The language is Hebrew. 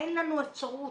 אין לנו אפשרות.